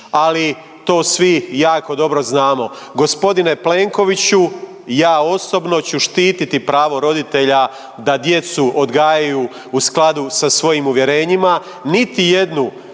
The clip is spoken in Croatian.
ali to svi jako dobro znamo. G. Plenkoviću, ja osobno ću štiti pravo roditelja da djecu odgajaju u skladu sa svojim uvjerenjima.